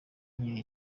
nkiri